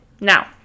Now